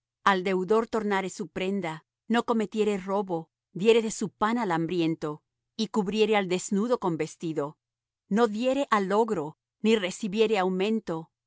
al deudor tornare su prenda no cometiere robo diere de su pan al hambriento y cubriere al desnudo con vestido no diere á logro ni recibiere aumento